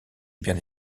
bien